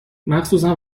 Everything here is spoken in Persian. مخصوصا